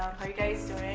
how're you guys doing?